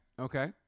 Okay